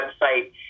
website